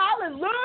Hallelujah